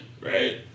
Right